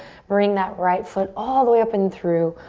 bring that right foot all the way up and through,